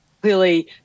clearly